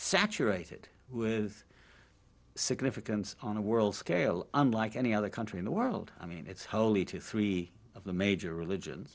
saturated with significance on a world scale unlike any other country in the world i mean it's holy to three of the major religions